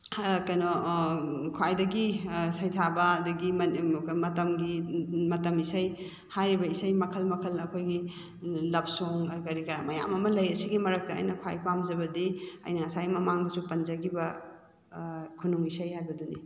ꯀꯩꯅꯣ ꯈ꯭ꯋꯥꯏꯗꯒꯤ ꯁꯩꯊꯥꯕ ꯑꯗꯒꯤ ꯃꯇꯝꯒꯤ ꯃꯇꯝ ꯏꯁꯩ ꯍꯥꯏꯔꯤꯕ ꯏꯁꯩ ꯃꯈꯜ ꯃꯈꯜ ꯑꯩꯈꯣꯏꯒꯤ ꯂꯞ ꯁꯣꯡ ꯀꯔꯤ ꯀꯔꯥ ꯃꯌꯥꯝ ꯑꯃ ꯂꯩ ꯁꯤꯒꯤ ꯃꯔꯛꯇ ꯑꯩꯅ ꯈ꯭ꯋꯥꯏ ꯄꯥꯝꯖꯕꯗꯤ ꯑꯩꯅ ꯉꯁꯥꯏ ꯃꯃꯥꯡꯗꯁꯨ ꯄꯟꯖꯈꯤꯕ ꯈꯨꯅꯨꯡ ꯏꯁꯩ ꯍꯥꯏꯕꯗꯨꯅꯤ